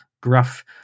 gruff